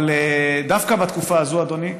אבל דווקא בתקופה הזו, אדוני,